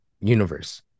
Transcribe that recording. universe